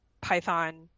Python